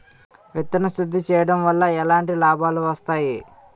విత్తన శుద్ధి చేయడం వల్ల ఎలాంటి లాభాలు వస్తాయి?